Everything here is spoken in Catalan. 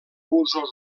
usos